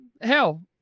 hell